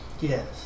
Yes